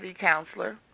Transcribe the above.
counselor